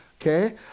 Okay